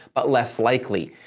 but less likely.